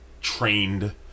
trained